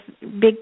big